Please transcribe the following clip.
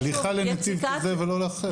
הליכה לנתיב כזה ולא לאחר.